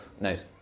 Nice